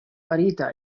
farita